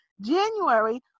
January